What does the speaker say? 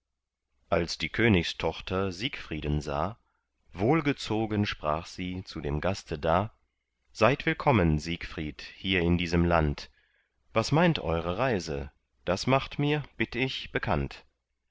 als die königstochter siegfrieden sah wohlgezogen sprach sie zu dem gaste da seid willkommen siegfried hier in diesem land was meint eure reise das macht mir bitt ich bekannt